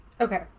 Okay